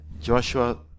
Joshua